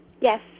Yes